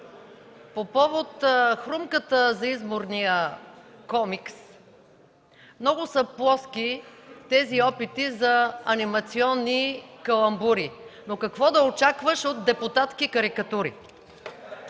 По повод хрумката за Изборния комикс, много са плоски тези опити за анимационни каламбури, но какво да очакваш от депутатски карикатури?!